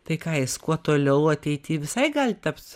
tai ką jis kuo toliau ateity visai gal taps